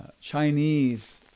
Chinese